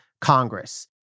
Congress